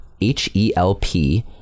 H-E-L-P